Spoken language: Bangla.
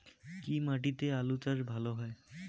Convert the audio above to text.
কি মাটিতে আলু চাষ ভালো হয়?